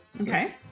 Okay